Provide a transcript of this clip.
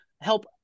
help